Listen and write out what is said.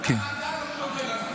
אתה היושב-ראש.